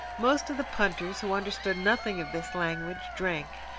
most of the punters, who understood nothing of this language, drank,